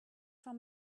from